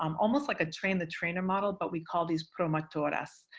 um almost like a train-the-trainer model, but we call these promotoras.